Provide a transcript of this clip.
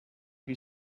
who